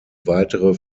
weitere